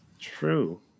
True